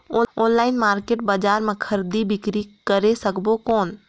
Online market बजार मां खरीदी बीकरी करे सकबो कौन?